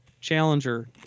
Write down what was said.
Challenger